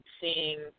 seeing